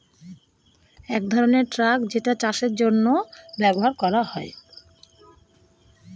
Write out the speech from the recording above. এক ধরনের ট্রাক যেটা চাষের জন্য ব্যবহার করা হয়